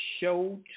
show